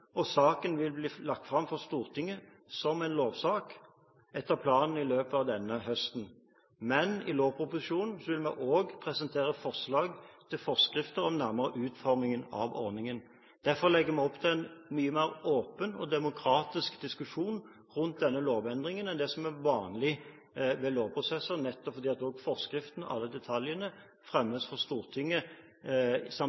og saken vil bli lagt fram for Stortinget som en lovsak – etter planen i løpet av denne høsten. Men i lovproposisjonen vil vi også presentere forslag til forskrifter om nærmere utforming av ordningen. Derfor legger vi opp til en mye mer åpen og demokratisk diskusjon rundt denne lovendringen enn det som er vanlig ved lovprosesser, nettopp fordi at også forskriften, alle detaljene,